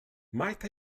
might